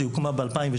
היא הוקמה ב-2017.